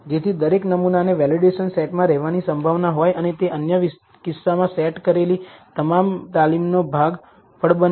જેથી દરેક નમૂનાને વેલિડેશન સેટમાં રહેવાની સંભાવના હોય અને તે અન્ય કિસ્સામાં સેટ કરેલી તાલીમનો ભાગ પણ બને